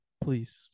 please